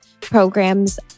programs